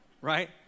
right